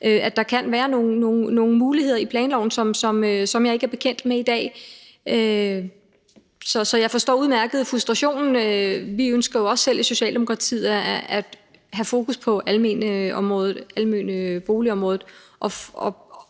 at der kan være nogle muligheder i planloven, som jeg ikke er bekendt med i dag. Så jeg forstår udmærket frustrationen. Vi ønsker jo også selv i Socialdemokratiet at have fokus på området